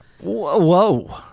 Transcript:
whoa